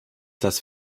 das